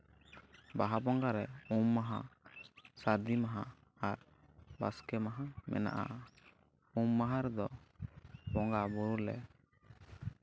ᱵᱟᱦᱟ ᱵᱚᱸᱜᱟᱨᱮ ᱩᱢ ᱢᱟᱦᱟ ᱥᱟᱨᱫᱤ ᱢᱟᱦᱟ ᱟᱨ ᱵᱟᱥᱠᱮ ᱢᱟᱦᱟ ᱢᱮᱱᱟᱜᱼᱟ ᱩᱢ ᱢᱟᱦᱟ ᱨᱮᱫᱚ ᱵᱚᱸᱜᱟᱼᱵᱩᱨᱩ ᱞᱮ